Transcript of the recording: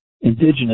indigenous